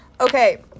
Okay